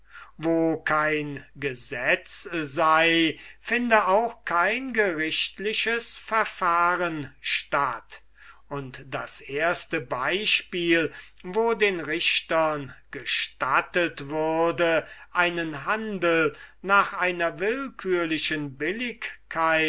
wo kein gesetz sei finde auch kein gerichtliches verfahren statt und das erste beispiel wo den richtern gestattet würde einen handel nach einer willkürlichen billigkeit